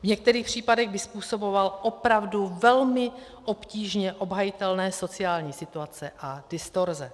V některých případech by způsoboval opravdu velmi obtížně obhajitelné sociální situace a distorze.